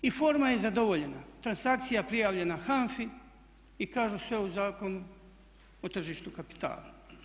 I forma je zadovoljena, transakcija prijavljena HANFA-i i kažu sve u Zakonu o tržištu kapitala.